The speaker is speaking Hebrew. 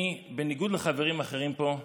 אני, בניגוד לחברים אחרים פה,